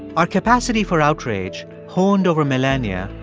our capacity for outrage, honed over millennia,